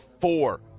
four